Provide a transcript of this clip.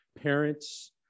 Parents